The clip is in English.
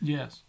Yes